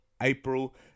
April